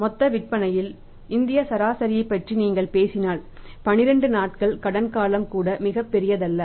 மொத்த விற்பனையில் இந்திய சராசரியைப் பற்றி நீங்கள் பேசினால் 12 நாட்கள் கடன் காலம் கூட மிகப் பெரியதல்ல